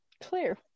Clear